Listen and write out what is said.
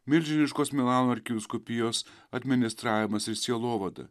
milžiniškos milano arkivyskupijos administravimas ir sielovada